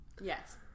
Yes